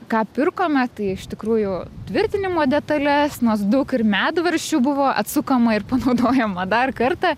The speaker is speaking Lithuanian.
ką pirkome tai iš tikrųjų tvirtinimo detales nors daug ir medvaržčių buvo atsukama ir panaudojama dar kartą